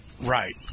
Right